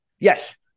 Yes